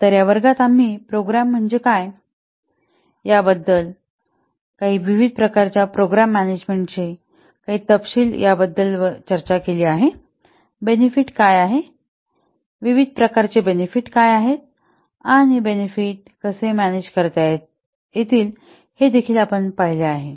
तर या वर्गात आम्ही प्रोग्राम म्हणजे काय याबद्दल आणि काही प्रकारच्या प्रोग्राम मॅनेजमेंटचे काही तपशील याबद्दल चर्चा केली आहे बेनेफिट काय आहे विविध प्रकारचे बेनेफिट काय आहेत आणि बेनेफिट कसे मॅनेज करता येतील हे देखील आपण पाहिले आहे